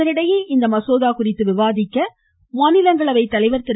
இதனிடையே இந்த மசோதா குறித்து விவாதிக்க அவைத்தலைவர் திரு